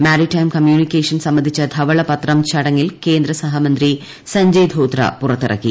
maritime communication സംബന്ധിച്ച ധവള പത്രം ചടങ്ങിൽ കേന്ദ്ര സഹമന്ത്രി സഞ്ജയ് ധോത്ര പുറത്തിറക്കി